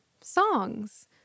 songs